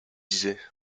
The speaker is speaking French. disait